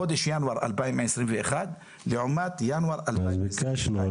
חודש ינואר 2021 לעומת ינואר 2022. אז ביקשנו,